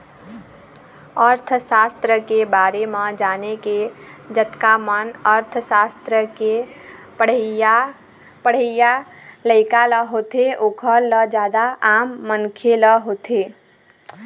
अर्थसास्त्र के बारे म जाने के जतका मन अर्थशास्त्र के पढ़इया लइका ल होथे ओखर ल जादा आम मनखे ल होथे